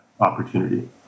opportunity